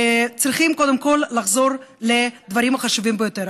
קודם כול, צריכים לחזור לדברים החשובים ביותר.